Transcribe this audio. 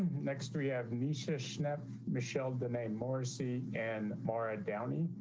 next we have nisha snap michelle. the name morrissey and mara downey,